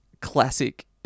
Classic